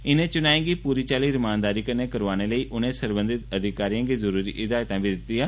इनें चुनाएं गी पूरी चाल्ली रमानदारी कन्नै करोआने लेई उनें सरबंधत अधिकारियें गी जरुरी हिदायतां बी दितियां